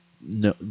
no